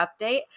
update